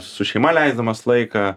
su šeima leisdamas laiką